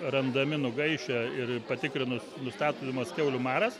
randami nugaišę ir patikrinus nustatomas kiaulių maras